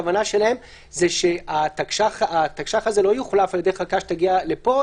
הכוונה שלהם היא שהתקש"ח הזה לא יוחלף על ידי החלטה שתגיע לפה,